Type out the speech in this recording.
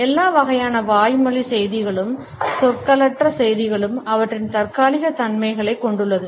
எல்லா வகையான வாய்மொழி செய்திகளும் சொற்களற்ற செய்திகளும் அவற்றின் தற்காலிக தன்மைகளைக் கொண்டுள்ளன